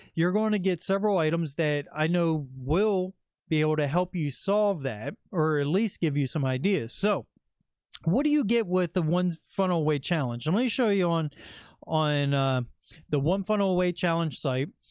you're going to get several items that i know will be able to help you solve that, or at least give you some ideas. so what do you get with the one funnel away challenge? let me show you on on the one funnel away challenge site,